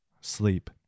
sleep